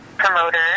promoter